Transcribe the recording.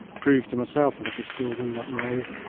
proved to myself that i could still do that role,